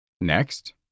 Next